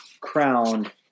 crowned